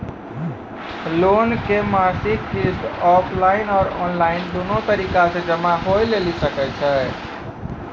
Loan के मासिक किस्त ऑफलाइन और ऑनलाइन दोनो तरीका से जमा होय लेली सकै छै?